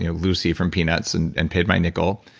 you know lucy from peanuts, and and paid my nickel.